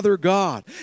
God